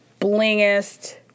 blingest